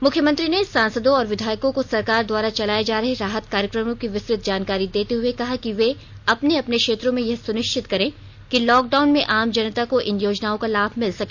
मुख्यमंत्री ने सांसदों और विधायकों को सरकार द्वारा चेलाए जा रहे राहत कार्यक्रमों की विस्तुत जानकारी देते हुए कहा कि वे अपने अपने क्षेत्रों में यह सुनिष्चित करें कि लॉकडाउन में आम जनता को इन योजनाओं का लाभ मिल सके